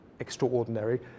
extraordinary